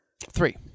Three